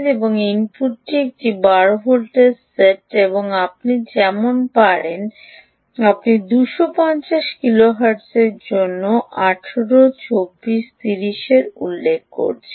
হ্যাঁ ইনপুটটি একটি 12 ভোল্টের সেট এবং আপনি যেমন পারেন আমি 250 কিলোহার্টজের জন্য 18 24 30 এর উল্লেখ করছি